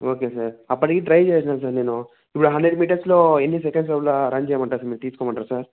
okay sir అప్పటికి try చేసినాను sir నేను ఇప్పుడు హండ్రెడ్ మీటర్స్లో ఎన్ని సెకండ్స్ లోపల రన్ చేయమంటారు తీసుకోమంటారు సార్